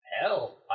hell